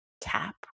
tap